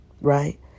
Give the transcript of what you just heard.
right